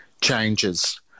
changes